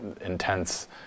intense